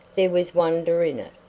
there was wonder in it,